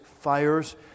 fires